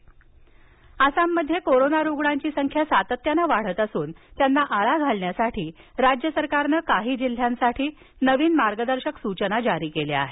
आसाम आसाममध्ये कोरोना रुग्णांची संख्या सातत्यानं वाढत असून त्यांना आळा घालण्यासाठी राज्य सरकारनं काही जिल्ह्यांसाठी नवीन मार्गदर्शक सूचना जाहीर केल्या आहेत